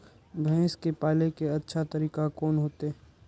भैंस के पाले के अच्छा तरीका कोन होते?